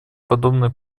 подобные